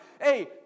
hey